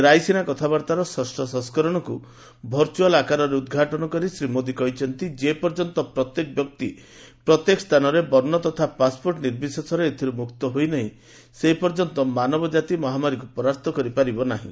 ରାଇସିନା କଥାବାର୍ତ୍ତାର ଷଷ୍ଠ ସଂସ୍କରଣକୁ ଭର୍ଚୁଆଲ୍ ଆକାରରେ ଉଦ୍ଘାଟନ କରି ଶ୍ରୀ ମୋଦୀ କହିଛନ୍ତି ଯେପର୍ଯ୍ୟନ୍ତ ପ୍ରତ୍ୟେକ ବ୍ୟକ୍ତି ପ୍ରତ୍ୟେକ ସ୍ଥାନରେ ବର୍ଷ୍ଣ ତଥା ପାସ୍ପୋର୍ଟ ନିର୍ବିଶେଷରେ ଏଥିରୁ ମୁକ୍ତ ହୋଇନାହିଁ ସେ ପର୍ଯ୍ୟନ୍ତ ମାନବ ଜାତି ମହାମାରୀକୁ ପରାସ୍ତ କରିପାରିବ ନାହିଁ